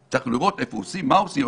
צריך לראות איפה עושים, מה עושים.